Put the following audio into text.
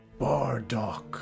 Bardock